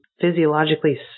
physiologically